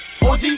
OG